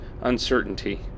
uncertainty